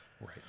Right